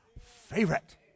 favorite